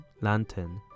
lantern